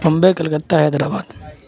Bombay Calcutta Hyderabad